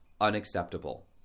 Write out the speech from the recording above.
unacceptable